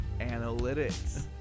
Analytics